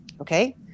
okay